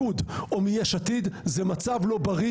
יפו זה דרום תל אביב,